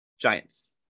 Giants